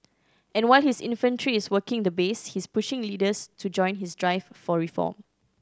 and while his infantry is working the base he's pushing leaders to join his drive for reform